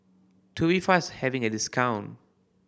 Tubifast having a discount